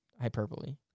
hyperbole